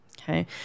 okay